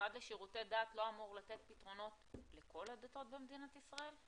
המשרד לשירותי דת לא אמור לתת פתרונות לכל הדתות במדינת ישראל?